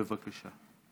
בבקשה.